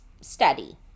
study